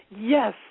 Yes